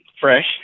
fresh